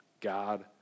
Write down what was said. God